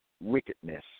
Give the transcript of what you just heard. wickedness